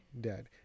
dead